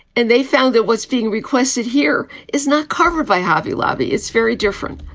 and they found it was being requested here is not covered by hobby lobby is very different.